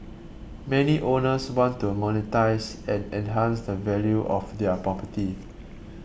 many owners want to monetise and enhance the value of their property